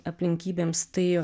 aplinkybėms tai